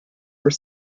were